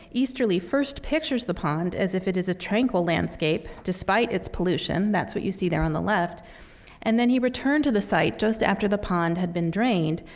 easterly first pictures the pond as if it is a tranquil landscape, despite its pollution that's what you see there on the left and then he returned to the site just after the pond had been drained,